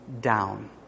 down